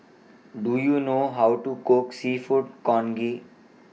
Do YOU know How to Cook Seafood Congee